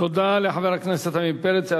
תודה לחבר הכנסת עמיר פרץ.